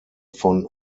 von